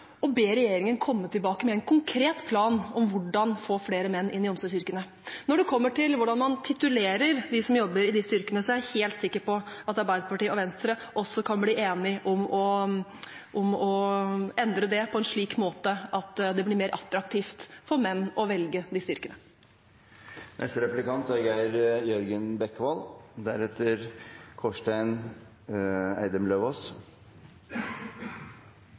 og ber regjeringen komme tilbake med en konkret plan om hvordan få flere menn inn i omsorgsyrkene. Når det kommer til hvordan man titulerer dem som jobber i disse yrkene, er jeg helt sikker på at Arbeiderpartiet og Venstre også kan bli enige om å endre det på en slik måte at det blir mer attraktivt for menn å velge disse yrkene. Arbeiderpartiet har et godt forslag om å øke bevilgninger til frivillige organisasjoner på likestillingsfeltet. Det er